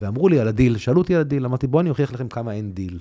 ואמרו לי על הדיל, שאלו אותי על הדיל, אמרתי בוא אני אוכיח לכם כמה אין דיל.